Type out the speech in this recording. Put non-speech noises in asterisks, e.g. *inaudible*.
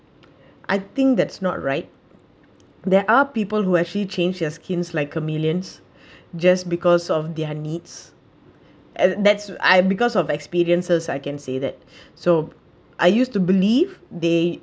I think that's not right there are people who actually change their skins like a millions *breath* just because of their needs and that's I because of experiences I can say that *breath* so I used to believe they